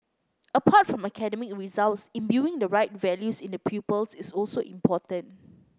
apart from academic results imbuing the right values in the pupils is also important